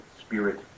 spirit